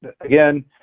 again